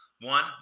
One